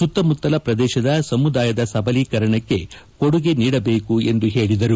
ಸುತ್ತಮುತ್ತಲ ಪ್ರದೇಶದಲ್ಲಿರುವ ಸಮುದಾಯದ ಸಬಲೀಕರಣಕ್ಕೆ ಕೊಡುಗೆ ನೀಡಬೇಕು ಎಂದು ಹೇಳಿದರು